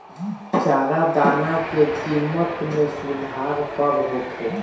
चारा दाना के किमत में सुधार कब होखे?